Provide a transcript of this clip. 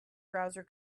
browser